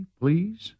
please